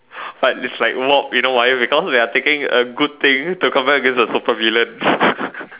but is like walk you know why because we are taking the good thing to combat against the super villain